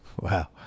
Wow